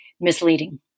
misleading